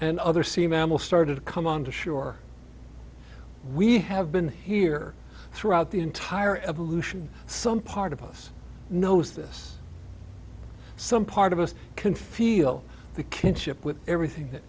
and other sea mammal started to come on to shore we have been here throughout the entire evolution some part of us knows this some part of us can feel the kinship with everything that